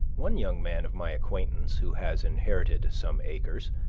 one young man of my acquaintance, who has inherited some acres,